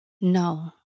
No